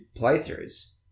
playthroughs